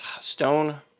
stone